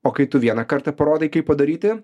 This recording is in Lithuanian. o kai tu vieną kartą parodai kaip padaryti